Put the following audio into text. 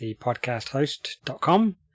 thepodcasthost.com